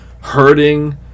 hurting